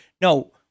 No